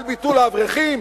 על ביטול לאברכים?